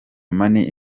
money